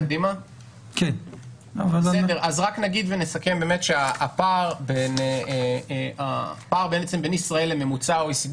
רק נגיד ונסכם שהפער בין ישראל לממוצע ה-OECD